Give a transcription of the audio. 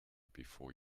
before